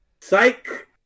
Psych